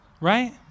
right